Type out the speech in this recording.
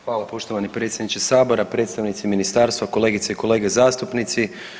Hvala poštovani predsjedniče sabora, predstavnici ministarstva, kolegice i kolege zastupnici.